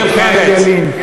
עמיר פרץ,